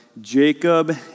Jacob